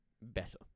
better